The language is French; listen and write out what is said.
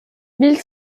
mille